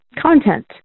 content